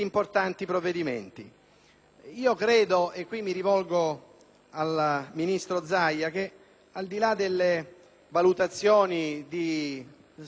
Credo - mi rivolgo al ministro Zaia - che al di là delle valutazioni di straordinario successo